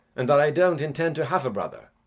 and that i don't intend to have a brother,